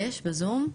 היא לא בזום?